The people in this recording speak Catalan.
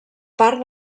part